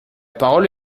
parole